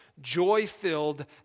joy-filled